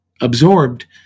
absorbed